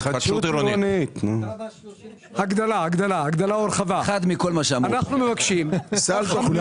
חמש-שש שנים אנחנו מבקשים להגדיל